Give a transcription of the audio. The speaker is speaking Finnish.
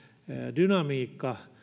dynamiikka